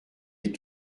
est